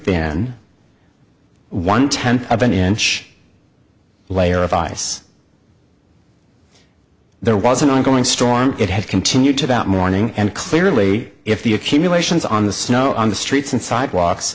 thin one tenth of an inch layer of ice there was an ongoing storm it had continued to that morning and clearly if the accumulations on the snow on the streets and sidewalks